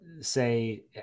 say